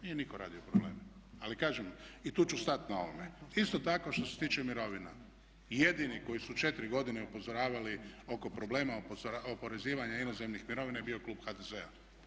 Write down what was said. Nije nitko radio probleme, ali kažem i tu ću stat na ovome, isto tako što se tiče mirovina jedini koji su 4 godine upozoravali oko problema oporezivanja inozemnih mirovina je bio klub HDZ-a.